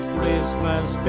Christmas